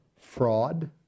fraud